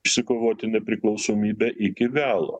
išsikovoti nepriklausomybę iki galo